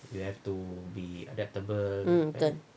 um kan